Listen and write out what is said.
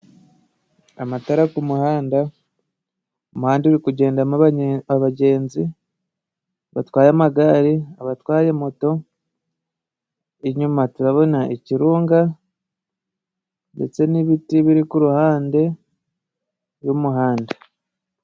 Amatara ku muhanda, umuhanda uri kugendamo abagenzi batwaye amagare, abatwaye moto, inyuma turabona ikirunga ndetse n'ibiti biri ku ruhande y'umuhanda.